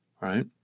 Right